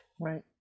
Right